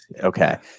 Okay